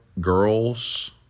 girls